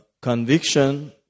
conviction